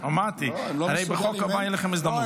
אמרתי, בחוק הבא תהיה לכם הזדמנות.